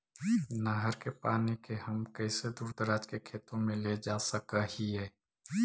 नहर के पानी के हम कैसे दुर दराज के खेतों में ले जा सक हिय?